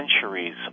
centuries